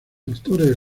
actores